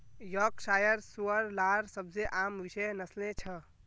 Yorkshire सूअर लार सबसे आम विषय नस्लें छ